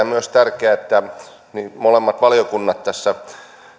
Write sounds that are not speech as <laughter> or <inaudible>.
<unintelligible> myös tärkeänä että molemmat valiokunnat tässä